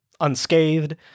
unscathed